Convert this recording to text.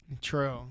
True